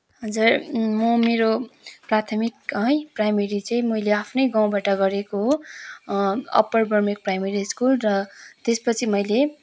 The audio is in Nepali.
हजुर म मेरो प्राथमिक है प्राइमरी चाहिँ मैले आफ्नै गाउँबाट गरेको हो अप्पर बर्मेक प्राइमरी स्कुल र त्यसपछि मैले